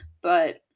but-